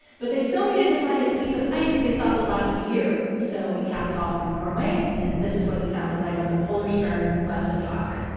but they still needed to find a piece of ice they thought would last a year. so we cast off from norway, and this is what it sounded like when the polarstern left the dock